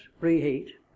reheat